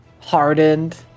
hardened